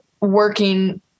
working